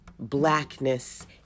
blackness